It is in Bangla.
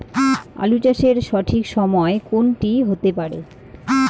আলু চাষের সঠিক সময় কোন টি হতে পারে?